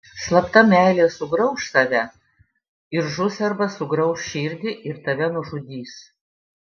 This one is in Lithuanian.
slapta meilė sugrauš save ir žus arba sugrauš širdį ir tave nužudys